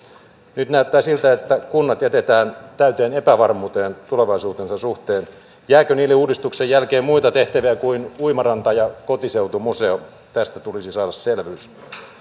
nyt näyttää siltä että kunnat jätetään täyteen epävarmuuteen tulevaisuutensa suhteen jääkö niille uudistuksen jälkeen muita tehtäviä kuin uimaranta ja kotiseutumuseo tästä tulisi saada selvyys